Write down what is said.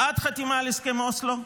עד חתימה על הסכם אוסלו,